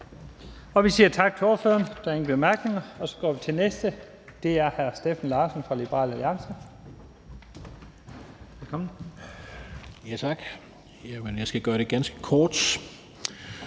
Vi siger tak til ordføreren. Der er ingen korte bemærkninger. Så går vi til den næste, og det er hr. Steffen Larsen fra Liberal Alliance. Velkommen. Kl. 14:49 (Ordfører)